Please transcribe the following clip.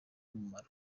umumaro